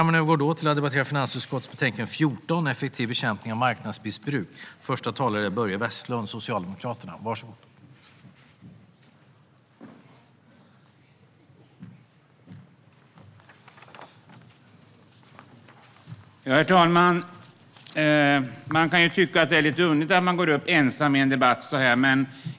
Herr talman! Man kan ju tycka att det är lite underligt att någon går upp ensam i en debatt så här.